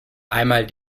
einmal